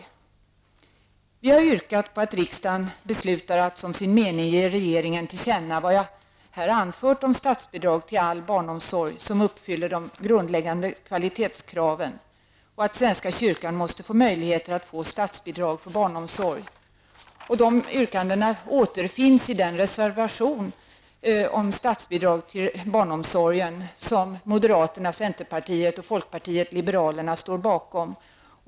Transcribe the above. Folkpartiet liberalerna har yrkat på att riksdagen beslutar att som sin mening ge regeringen till känna vad jag här anfört om statsbidrag till all barnomsorg som uppfyller de grundläggande kvalitetskraven och att svenska kyrkan måste få möjligheter att få statsbidrag för barnomsorg. De yrkandena återfinns i den reservation om statsbidrag till barnomsorgen som moderaterna, centerpartiet och folkpartiet liberalerna står bakom.